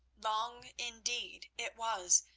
long, indeed, it was,